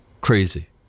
Crazy